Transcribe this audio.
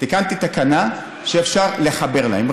תיקנתי תקנה, שאפשר לחבר להם.